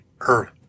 earth